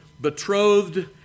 betrothed